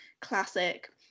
classic